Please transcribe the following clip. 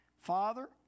Father